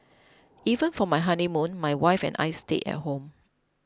even for my honeymoon my wife and I stayed at home